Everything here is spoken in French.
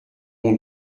mon